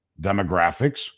demographics